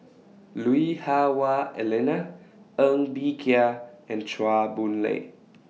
Lui Hah Wah Elena Ng Bee Kia and Chua Boon Lay